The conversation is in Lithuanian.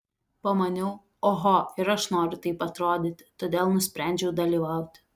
pamaniau oho ir aš noriu taip atrodyti todėl nusprendžiau dalyvauti